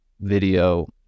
video